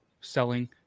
selling